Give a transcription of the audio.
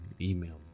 email